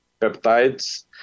peptides